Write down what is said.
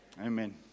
Amen